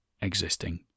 existing